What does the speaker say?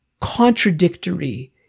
contradictory